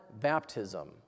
baptism